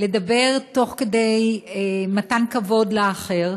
לדבר מתוך מתן כבוד לאחר,